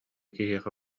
киһиэхэ